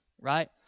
right